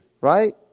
right